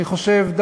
אני חושב,